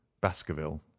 baskerville